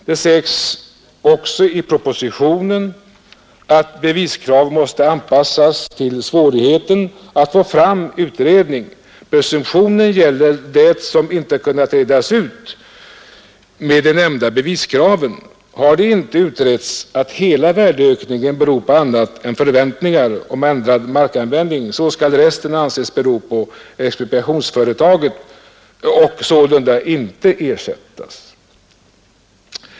Det sägs också i propositionen att beviskraven måste anpassas till svårigheterna att få fram en utredning. Presumtionen gäller det som inte kunnat utredas med de nämnda beviskraven. Har det inte utretts att hela värdeökningen beror på annat än förväntningar om ändrad markanvändning, så skall resten anses bero på expropriationsföretaget och sålunda inte ersättas.